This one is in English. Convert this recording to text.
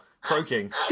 croaking